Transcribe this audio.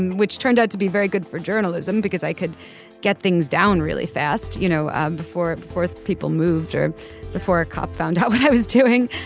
and which turned out to be very good for journalism because i could get things down really fast. you know ah before it fourth people moved before a cop found out what i was doing.